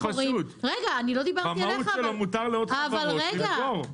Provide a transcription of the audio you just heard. זה מאוד פשוט: במהות שלו מותר לעוד חברות למכור,